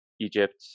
egypt